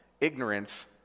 ignorance